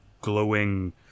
glowing